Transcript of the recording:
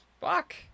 fuck